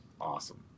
awesome